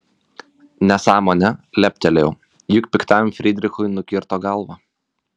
nesąmonė leptelėjau juk piktajam frydrichui nukirto galvą